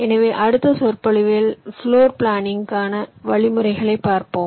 எனவே அடுத்த சொற்பொழிவில் பிளோர் பிளானிங்க்கான வழிமுறைகளைப் பார்ப்போம்